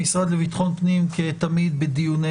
המשרד לביטחון פנים כתמיד בדיוני